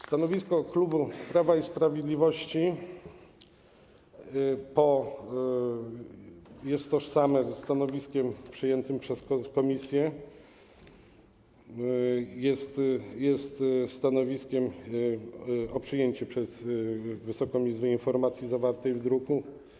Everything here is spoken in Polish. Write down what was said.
Stanowisko klubu Prawa i Sprawiedliwości jest tożsame ze stanowiskiem przyjętym przez komisję, która wnosi o przyjęcie przez Wysoką Izbę informacji zawartej w danym druku.